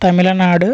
Tamil Nadu